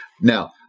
now